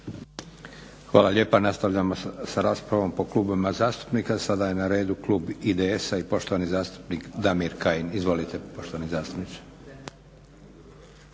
Hvala lijepa. Nastavljamo sa raspravom po klubovima zastupnika. Sada je na redu klub IDS-a i poštovani zastupnik Damir Kajin. Izvolite poštovani zastupniče.